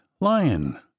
lion